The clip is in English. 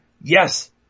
yes